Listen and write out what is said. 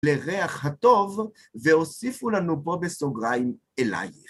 לריח הטוב, ואוסיפו לנו פה בסוגריים אלייך.